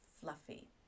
fluffy